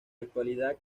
actualidad